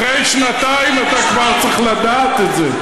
אחרי שנתיים אתה כבר צריך לדעת את זה.